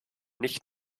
nicht